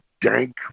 dank